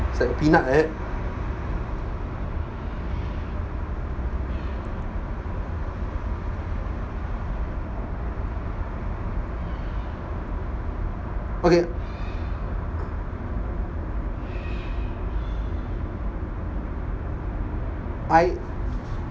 it's like peanut like that okay I